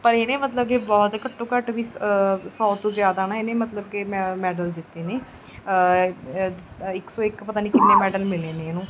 ਪਰ ਇਹਨੇ ਮਤਲਬ ਕਿ ਬਹੁਤ ਘੱਟੋਂ ਘੱਟ ਵੀ ਸੌ ਤੋਂ ਜ਼ਿਆਦਾ ਨਾ ਇਹਨੇ ਮਤਲਬ ਕਿ ਮੈ ਮੈਡਲ ਜਿੱਤੇ ਨੇ ਇੱਕ ਸੌ ਇੱਕ ਪਤਾ ਨਹੀਂ ਕਿੰਨੇ ਮੈਡਲ ਮਿਲੇ ਨੇ ਇਹਨੂੰ